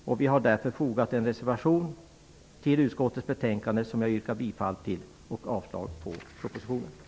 Vi har därför till utskottets betänkande fogat en reservation som jag yrkar bifall till, samtidigt som jag yrkar avslag på propositionens förslag.